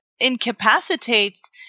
Incapacitates